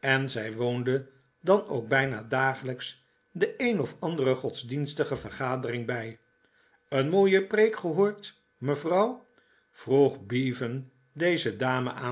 en zij woonde dan ook bijna dagelijks de een of andere godsdienstige vergadering bij een mooie preek gehoord mevrouw vroeg bevan deze dame